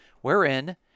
wherein